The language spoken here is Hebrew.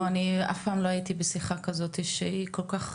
לא אני אף פעם לא הייתי בשיחה כזאתי שהיא כל כך